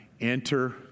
enter